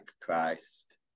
christ